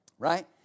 Right